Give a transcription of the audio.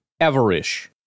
ever-ish